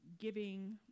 giving